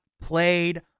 played